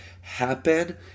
happen